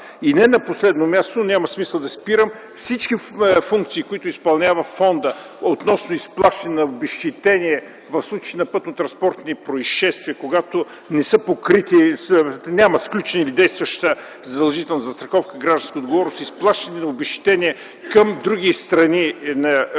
И не на последно място, всички функции, които изпълнява фондът относно изплащане на обезщетение в случаи на пътнотранспортни произшествия, когато не са покрити – няма сключена или действаща задължителна застраховка „Гражданска отговорност”, изплащане на обезщетение към други страни, външни